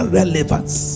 relevance